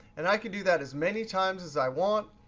and i can do that as many times as i want.